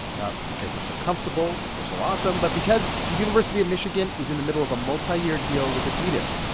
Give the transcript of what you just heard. not because they're so comfortable or so awesome but because the university of michigan is in the middle of a multi-year deal with adidas.